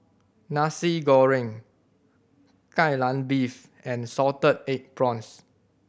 Nasi Goreng Kai Lan Beef and salted egg prawns